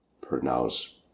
pronounce